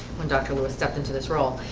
when dr. lewis stepped into this role,